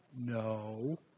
No